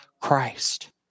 Christ